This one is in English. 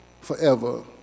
forever